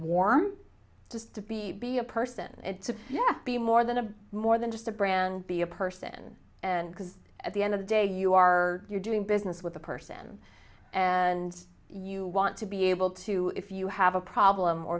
warm just to be be a person and yet be more than a more than just a brand be a person and because at the end of the day you are you're doing business with the person and you want to be able to if you have a problem or